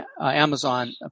Amazon